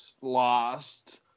lost